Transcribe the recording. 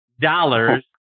dollars